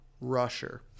rusher